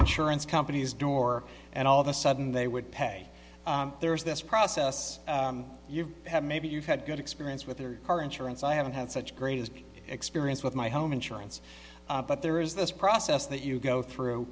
insurance company's door and all of a sudden they would pay there is this process you have maybe you've had good experience with your car insurance i haven't had such great as experience with my home insurance but there is this process that you go through